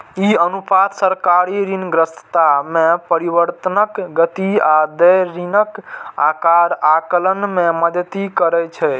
ई अनुपात सरकारी ऋणग्रस्तता मे परिवर्तनक गति आ देय ऋणक आकार आकलन मे मदति करै छै